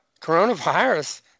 coronavirus